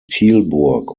tilburg